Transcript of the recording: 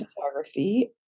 photography